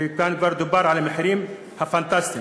וכבר דובר כאן על המחירים הפנטסטיים,